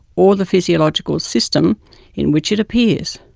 or the physiological system in which it appears.